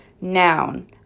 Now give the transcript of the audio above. Noun